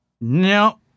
No